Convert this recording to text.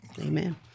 Amen